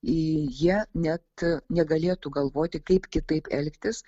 jie net negalėtų galvoti kaip kitaip elgtis